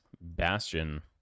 bastion